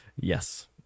Yes